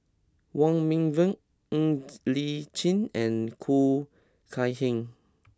Wong Meng Voon Ng Li Chin and Khoo Kay Hian